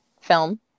Film